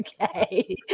okay